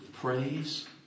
Praise